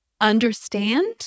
understand